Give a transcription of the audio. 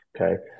Okay